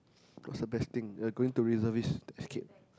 what's the best thing uh going to reservist to escape